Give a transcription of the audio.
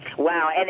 Wow